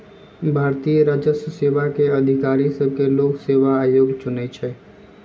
भारतीय राजस्व सेवा के अधिकारि सभके लोक सेवा आयोग चुनइ छइ